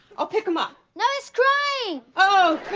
i'll pick him up. now he's crying! oh,